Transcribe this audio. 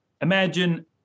imagine